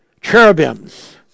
cherubims